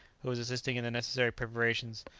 who was assisting in the necessary preparations,